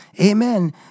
Amen